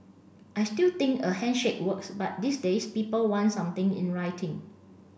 I still think a handshake works but these days people want something in writing